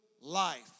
Life